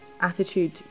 attitude